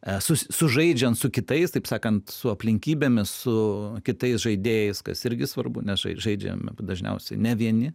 sužaidžiant su kitais taip sakant su aplinkybėmis su kitais žaidėjais kas irgi svarbu nes žaidžiam dažniausiai ne vieni